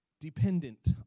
dependent